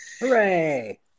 Hooray